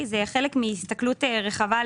זה חלק מהסתכלות רחבה.